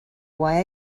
why